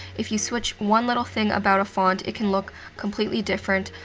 if you switch one little thing about a font, it can look completely different.